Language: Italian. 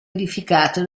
edificato